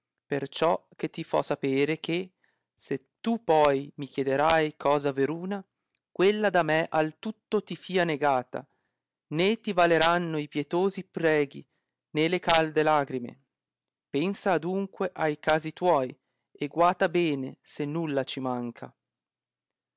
me perciò che ti fo sapere che se tu poi mi chiederai cosa veruna quella da me al tutto ti fia negata né ti valeranno i pietosi preghi né le calde lagrime pensa adunque ai casi tuoi e guata bene se nulla ci manca